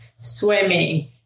swimming